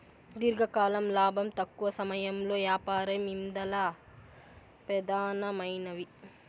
దీర్ఘకాలం లాబం, తక్కవ సమయంలో యాపారం ఇందల పెదానమైనవి